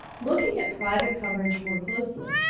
looking at private coverage for closely,